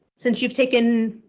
since you've taken